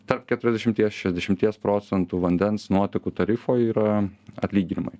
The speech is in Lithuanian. tarp keturiasdešimties šešiasdešimties procentų vandens nuotekų tarifo yra atlyginimai